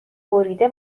بریده